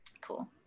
cool